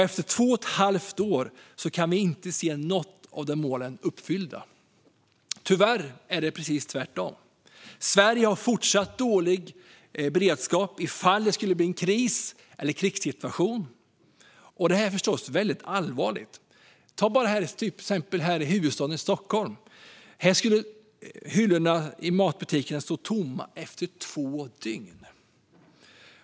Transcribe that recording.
Efter två och ett halvt år kan vi inte se att något av dessa mål har uppfyllts, utan det är tyvärr precis tvärtom. Sverige har fortfarande dålig beredskap ifall det skulle bli en kris eller krigssituation, och detta är förstås allvarligt. Ta bara huvudstaden Stockholm, där hyllorna i matbutikerna skulle stå tomma efter två dygn!